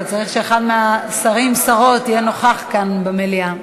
אבל צריך שאחד מהשרים או השרות יהיה נוכח כאן במליאה.